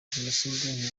jenoside